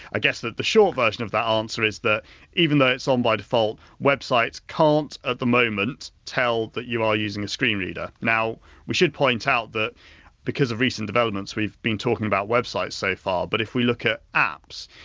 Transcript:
i guess that the short version of that answer is that even though it's on by default, websites can't, at the moment, tell that you are using a screen reader. now we should point out that because of recent developments, we've been talking about websites so far, but if we look at apps,